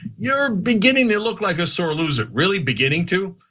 you're beginning to look like a sore loser. really, beginning to,